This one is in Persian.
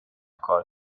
کار